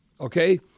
okay